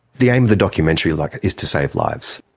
the aim of the documentary like is to save lives.